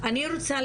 הממשלה.